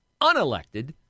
unelected